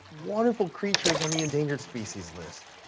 wonderful creatures on the endangered species list.